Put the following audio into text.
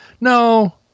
No